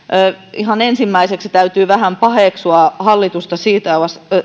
ihan ensimmäiseksi täytyy vähän paheksua hallitusta